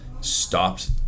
stopped